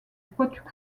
poitou